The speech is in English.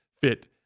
fit